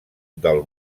del